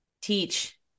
teach